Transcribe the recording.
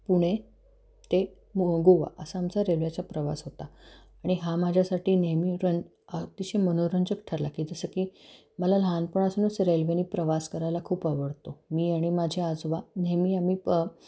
पुणे ते व गोवा असा आमचा रेल्वेचा प्रवास होता आणि हा माझ्यासाठी नेहमी रं अतिशय मनोरंजक ठरला की जसं की मला लहानपणापासूनच रेल्वेने प्रवास करायला खूप आवडतो मी आणि माझे आजोबा नेहमी आम्ही प